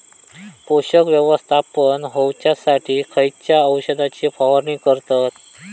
पोषक व्यवस्थापन होऊच्यासाठी खयच्या औषधाची फवारणी करतत?